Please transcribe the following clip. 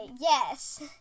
yes